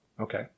Okay